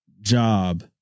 job